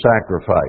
sacrifice